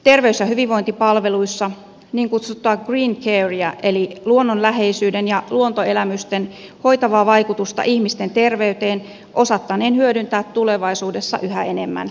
terveys ja hyvinvointipalveluissa niin kutsuttua green carea eli luonnonläheisyyden ja luontoelämysten hoitavaa vaikutusta ihmisten terveyteen osattaneen hyödyntää tulevaisuudessa yhä enemmän